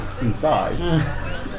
inside